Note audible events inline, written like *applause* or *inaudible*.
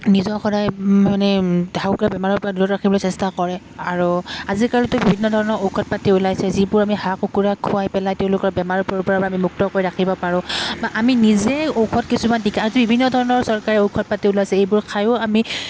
নিজৰ সদায় মানে হাঁহ কুকুৰাক বেমাৰৰপৰা দূৰত ৰাখিবলৈ চেষ্টা কৰে আৰু আজিকালিতো বিভিন্ন ধৰণৰ ঔষধ পাতি ওলাইছে যিবোৰ আমি হাঁহ কুকুৰা খুৱাই পেলাই তেওঁলোকৰ বেমাৰবোৰৰপৰা আমি মুক্ত কৰি ৰাখিব পাৰোঁ বা আমি নিজেই ঔষধ কিছুমান *unintelligible* বিভিন্ন ধৰণৰ চৰকাৰে ঔষধ পাতি ওলাইছে এইবোৰ খায়ো আমি